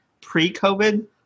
pre-COVID